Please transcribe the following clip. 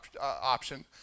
option